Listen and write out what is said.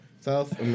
South